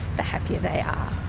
the happier they are.